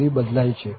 સુધી બદલાય છે